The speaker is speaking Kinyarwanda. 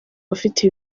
bafite